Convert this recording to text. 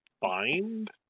find